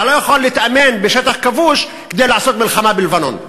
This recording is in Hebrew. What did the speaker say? אתה לא יכול להתאמן בשטח כבוש כדי לעשות מלחמה בלבנון,